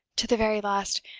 to the very last.